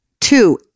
Two